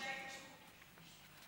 גושי ההתיישבות.